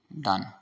done